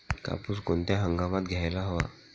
कापूस कोणत्या हंगामात घ्यायला हवा?